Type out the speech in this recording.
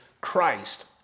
Christ